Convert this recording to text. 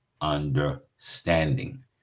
understanding